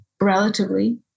relatively